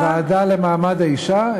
שינוי שם הוועדה למעמד האישה,